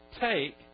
take